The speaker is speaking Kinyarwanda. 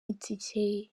itike